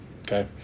okay